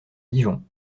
dijon